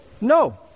No